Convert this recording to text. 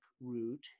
route